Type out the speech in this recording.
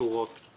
קשורות יחסית.